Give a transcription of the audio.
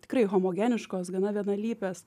tikrai homogeniškos gana vienalypės